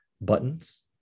buttons